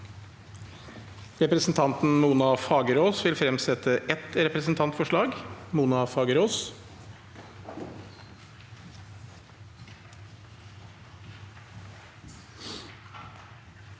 Representanten Mona Fa- gerås vil fremsette et representantforslag. Mona Fagerås